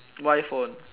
why phone